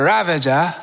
Ravager